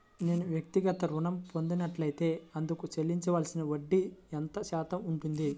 నేను వ్యక్తిగత ఋణం పొందినట్లైతే అందుకు చెల్లించవలసిన వడ్డీ ఎంత శాతం ఉంటుంది?